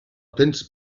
tens